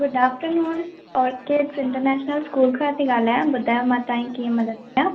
good afternoon orchid international school खां थी ॻाल्हायां ॿुधायो मां तव्हांजी कीअं मदद कयां